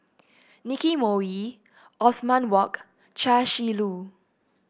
Nicky Moey Othman Wok Chia Shi Lu